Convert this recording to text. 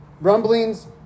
rumblings